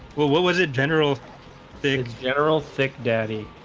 well, what was it general big general thick daddy?